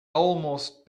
almost